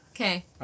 Okay